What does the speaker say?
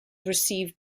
received